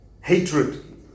hatred